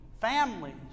families